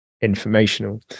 informational